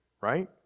right